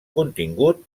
contingut